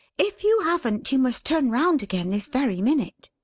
if you haven't, you must turn round again, this very minute.